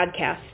podcast